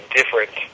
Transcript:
different